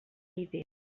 idea